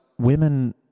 women